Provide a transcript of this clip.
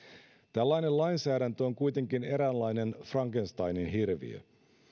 tällainen lainsäädäntö on kuitenkin eräänlainen frankensteinin hirviö